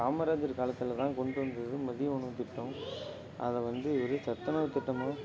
காமராஜர் காலத்தில் தான் கொண்டு வந்தது மதிய உணவு திட்டம் அதை வந்து இவர் சத்துணவு திட்டமாக